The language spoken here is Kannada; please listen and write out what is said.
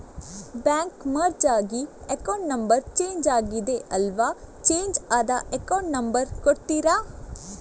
ಬ್ಯಾಂಕ್ ಮರ್ಜ್ ಆಗಿ ಅಕೌಂಟ್ ನಂಬರ್ ಚೇಂಜ್ ಆಗಿದೆ ಅಲ್ವಾ, ಚೇಂಜ್ ಆದ ಅಕೌಂಟ್ ನಂಬರ್ ಕೊಡ್ತೀರಾ?